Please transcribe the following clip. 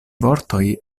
vortoj